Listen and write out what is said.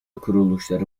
kuruluşları